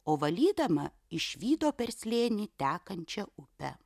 o valydama išvydo per slėnį tekančią upę